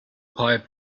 pipe